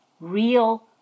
real